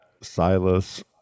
Silas